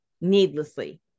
needlessly